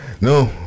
No